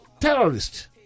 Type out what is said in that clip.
terrorists